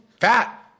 fat